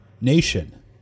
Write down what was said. nation